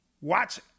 Watch